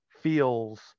feels